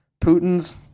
Putin's